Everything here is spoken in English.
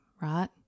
right